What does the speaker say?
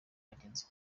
bagenzi